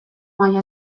maila